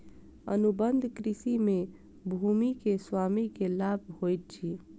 अनुबंध कृषि में भूमि के स्वामी के लाभ होइत अछि